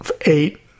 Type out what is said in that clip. eight